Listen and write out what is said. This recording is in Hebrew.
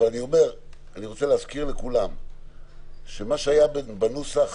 אני רוצה להזכיר לכולם שמה שהיה בנוסח